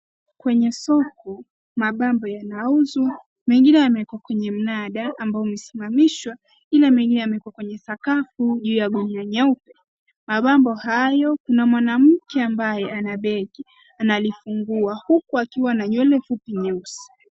Kwenye soko, mapambo yanauzwa, mengine yamewekwa kwenye mnada ambao umesimamishwa ila mengi yamewekwa kwenye sakafu ya gunia nyeupe. Mapambo hayo, kuna mwanamke ambaye ameketi, analifunguwa huku akiwa na nywele fupi nyeusi.